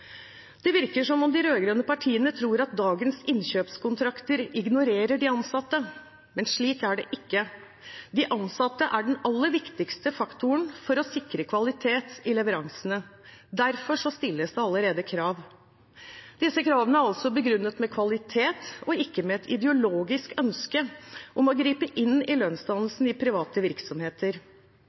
Det virker som om de rød-grønne partiene tror at dagens innkjøpskontrakter ignorerer de ansatte. Men slik er det ikke. De ansatte er den aller viktigste faktoren for å sikre kvalitet i leveransene. Derfor stilles det allerede krav. Disse kravene er begrunnet med kvalitet, ikke med et ideologisk ønske om å gripe inn i lønnsdannelsen i private virksomheter.